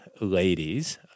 ladies